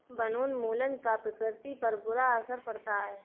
वनोन्मूलन का प्रकृति पर बुरा असर पड़ता है